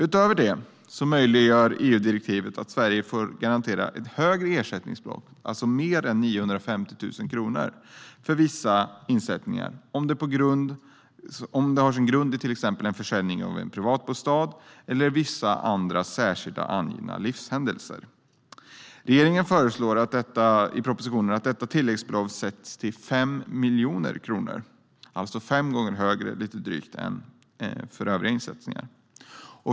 Utöver det möjliggör EU-direktivet att Sverige får garantera ett högre ersättningsbelopp, alltså mer än 950 000 kronor, för vissa insättningar som har sin grund till exempel i försäljning av privatbostad eller vissa andra särskilt angivna livshändelser. Regeringen föreslår i propositionen att detta tilläggsbelopp sätts till 5 miljoner kronor, alltså lite drygt fem gånger högre än för övriga insättningar.